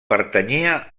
pertanyia